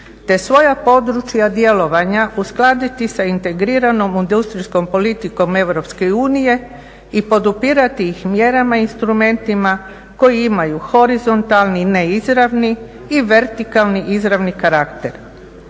te svoja područja djelovanja uskladiti sa integriranom industrijskom politikom EU i podupirati ih mjerama i instrumentima koji imaju horizontalni neizravni, i vertikalni izravni karakter.